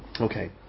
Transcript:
okay